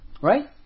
right